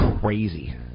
crazy